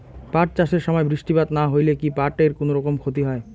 পাট চাষ এর সময় বৃষ্টিপাত না হইলে কি পাট এর কুনোরকম ক্ষতি হয়?